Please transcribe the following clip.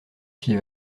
fit